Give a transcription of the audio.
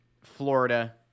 Florida